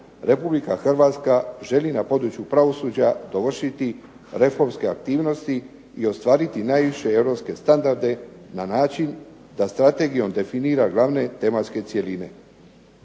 Republika Hrvatska želi na području pravosuđa dovršiti reformske aktivnosti i ostvariti najviše europske standarde na način da strategijom definira glavne tematske cjeline.